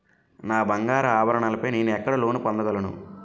నా బంగారు ఆభరణాలపై నేను ఎక్కడ లోన్ పొందగలను?